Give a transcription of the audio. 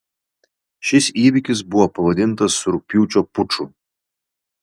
šis įvykis buvo pavadintas rugpjūčio puču